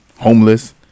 homeless